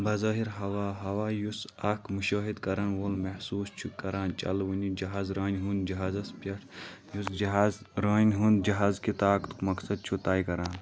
بظٲہِر ہوا، ہوا یُس اکھ مُشٲہِد کَرن وول محسوٗس چھُ کران چلوٕنہِ جہاز رانہِ ہُنٛد جہازَس پیٹھ یُس جہاز رانہِ ہُنٛد جہاز کہِ طاقتُک مقصد چھُ طے کران